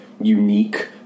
unique